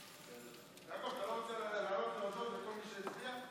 אתה לא רוצה לעלות להודות לכל מי שהצביע?